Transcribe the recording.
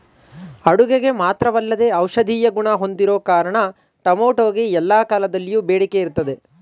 ಅಡುಗೆಗೆ ಮಾತ್ರವಲ್ಲದೇ ಔಷಧೀಯ ಗುಣ ಹೊಂದಿರೋ ಕಾರಣ ಟೊಮೆಟೊಗೆ ಎಲ್ಲಾ ಕಾಲದಲ್ಲಿಯೂ ಬೇಡಿಕೆ ಇರ್ತದೆ